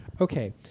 okay